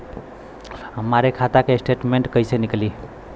हमरे खाता के स्टेटमेंट कइसे निकली?